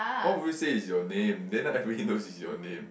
why would you say it's your name then now everyone knows it's your name